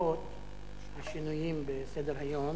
הסיעות על שינויים בסדר-היום.